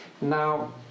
Now